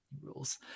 rules